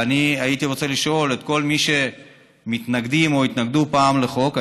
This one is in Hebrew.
ואני הייתי רוצה לשאול את כל מי שמתנגדים או התנגדו פעם לחוק,